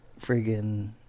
friggin